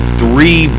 three